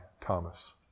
Thomas